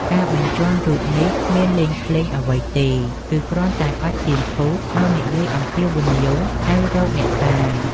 ការបញ្ជាន់រូបនេះគ្មានលេងភ្លាងអ្វីទេ គឺគ្រាន់តែអុជទៀនធូប ហើយនិយាយអំពាវនាវហៅរកអ្នកតា ។